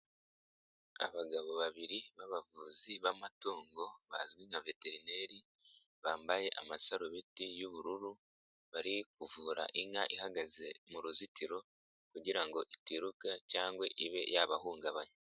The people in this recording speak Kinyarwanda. Abagabo babiri b'abavuzi b'amatungo bazwi nka veterineri, bambaye amasarubeti y'ubururu, bari kuvura inka ihagaze mu ruzitiro kugira ngo itiruka cyangwa ibe yabahungabanya.